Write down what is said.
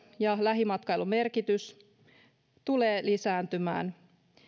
ja lähimatkailun merkitys tulee lisääntymään